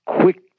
quick